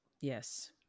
yes